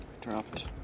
Dropped